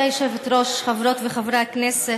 חברות וחברי הכנסת,